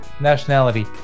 nationality